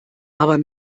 aber